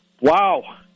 Wow